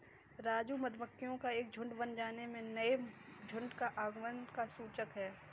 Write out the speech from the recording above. राजू मधुमक्खियों का झुंड बन जाने से नए मधु का आगमन का सूचक है